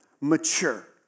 mature